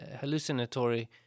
hallucinatory